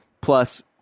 plus